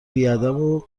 بیادب